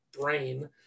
brain